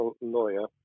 lawyer